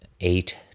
eight